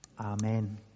Amen